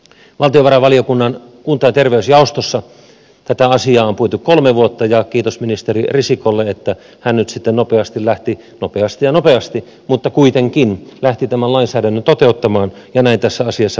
valtiovarainvaliokunnan kunta ja terveysjaostossa tätä asiaa on puitu kolme vuotta ja kiitos ministeri risikolle että hän nyt sitten nopeasti lähti nopeasti ja nopeasti mutta kuitenkin tämän lainsäädännön toteuttamaan ja näin tässä asiassa päästään eteenpäin